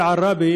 עראבה